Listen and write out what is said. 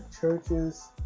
churches